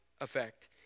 effect